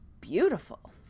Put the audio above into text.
beautiful